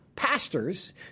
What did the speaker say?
pastors